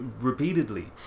Repeatedly